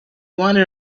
wanted